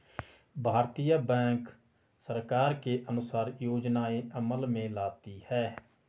भारतीय बैंक सरकार के अनुसार योजनाएं अमल में लाती है